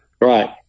Right